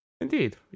Indeed